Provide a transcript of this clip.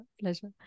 pleasure